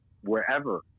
wherever